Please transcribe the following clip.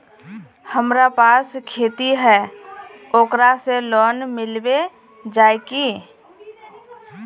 हमरा पास खेती है ओकरा से लोन मिलबे जाए की?